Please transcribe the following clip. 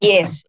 Yes